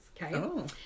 Okay